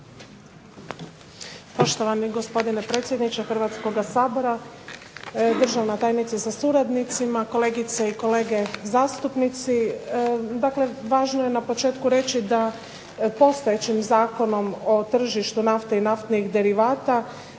Poštovani gospodine predsjedniče Hrvatskoga sabora, državna tajnice sa suradnicima, kolegice i kolege zastupnici. Dakle, važno je na početku reći da postojećim Zakonom o tržištu nafte i naftnih derivata